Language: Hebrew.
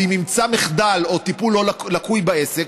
ואם הוא ימצא מחדל או טיפול לקוי בעסק,